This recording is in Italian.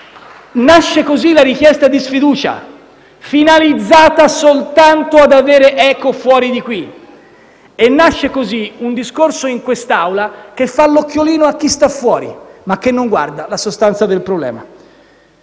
Nasce così la richiesta di sfiducia, finalizzata soltanto ad avere eco fuori di qui, e nasce così un discorso in quest'Assemblea che fa l'occhiolino a chi sta fuori, ma che non guarda alla sostanza del problema.